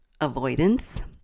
Avoidance